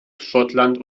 schottland